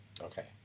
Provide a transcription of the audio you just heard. Okay